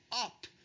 up